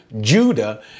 Judah